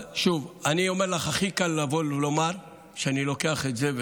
שוב, אני אומר לך שהכי קל לומר שאני לוקח את זה.